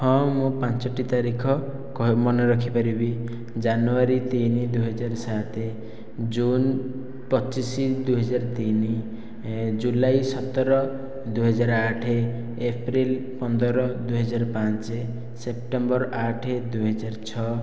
ହଁ ମୁଁ ପାଞ୍ଚଟି ତାରିଖ ମନେ ରଖିପାରିବି ଜାନୁୟାରୀ ତିନି ଦୁଇ ହଜାର ସାତ ଜୁନ ପଚିଶ ଦୁଇ ହଜାର ତିନି ଜୁଲାଇ ସତର ଦୁଇ ହଜାର ଆଠ ଏପ୍ରିଲ ପନ୍ଦର ଦୁଇ ହଜାର ପାଞ୍ଚ ସେପ୍ଟେମ୍ବର ଆଠ ଦୁଇ ହଜାର ଛଅ